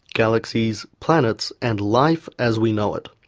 galaxies, planets and life as we know it.